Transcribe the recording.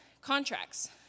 Contracts